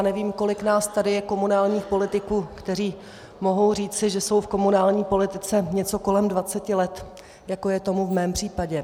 Nevím, kolik nás tady je komunálních politiků, kteří mohou říci, že jsou v komunální politice něco kolem dvaceti let, jako je tomu v mém případě.